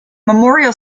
memorial